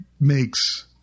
makes